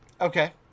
Okay